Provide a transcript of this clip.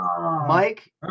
Mike